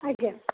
ଆଜ୍ଞା